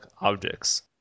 objects